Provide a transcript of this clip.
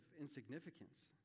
insignificance